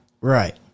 Right